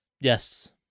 Yes